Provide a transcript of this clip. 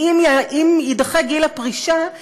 ואם יידחה גיל הפרישה,